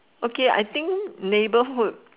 okay I think neighbourhood